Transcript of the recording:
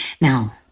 Now